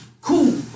cool